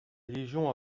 légion